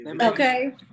Okay